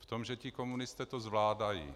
V tom, že ti komunisté to zvládají.